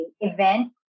event